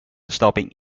stopping